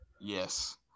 Yes